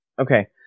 okay